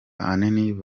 ahanini